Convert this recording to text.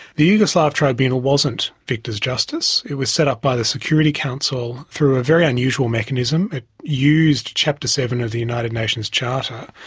the yugoslav tribunal wasn't victors' justice, it was set up by the security council through a very unusual mechanism. it used chapter seven of the united nations charter,